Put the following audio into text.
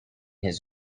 his